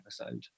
episode